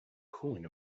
cooling